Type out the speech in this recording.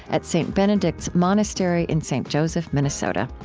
at st. benedict's monastery in st. joseph, minnesota.